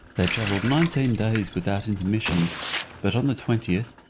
they travelled nineteen days without intermission but on the twentieth,